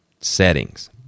settings